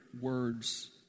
words